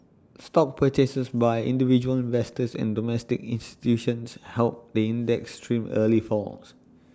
stock purchases by individual investors and domestic institutions helped the index trim early falls